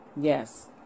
Yes